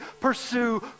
pursue